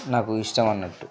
నాకు ఇష్టం అన్నట్టు